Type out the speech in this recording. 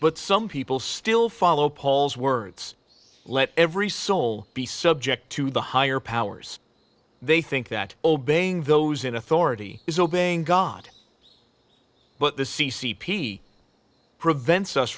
but some people still follow paul's words let every soul be subject to the higher powers they think that obeying those in authority is obeying god but the c c p prevents us